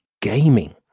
gaming